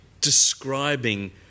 describing